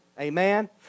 Amen